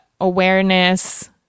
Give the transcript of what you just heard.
awareness